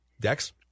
Dex